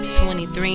23